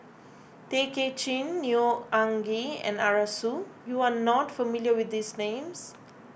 Tay Kay Chin Neo Anngee and Arasu you are not familiar with these names